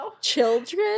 children